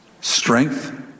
strength